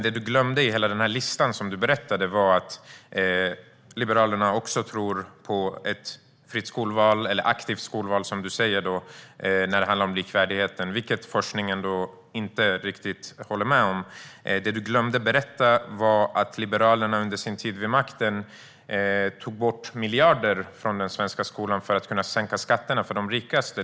Det du glömde i hela den där långa listan som du räknade upp var att Liberalerna också tror på ett fritt skolval, eller aktivt skolval som du kallar det, när det gäller likvärdigheten. Detta håller dock forskningen inte riktigt med om. Du glömde att berätta att Liberalerna under sin tid vid makten tog bort miljarder från den svenska skolan för att kunna sänka skatterna för de rikaste.